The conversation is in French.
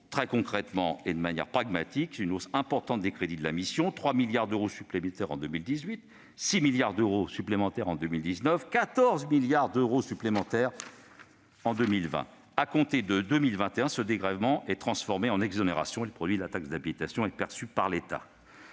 ce dégrèvement s'était ainsi traduite par une hausse importante des crédits de la mission : 3 milliards d'euros supplémentaires en 2018, 6 milliards d'euros supplémentaires en 2019 et 14 milliards d'euros supplémentaires en 2020. À compter de 2021, ce dégrèvement est transformé en exonération et le produit de la taxe d'habitation est perçu par l'État.